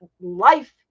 life